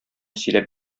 сөйләп